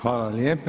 Hvala lijepa.